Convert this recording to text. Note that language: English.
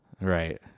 Right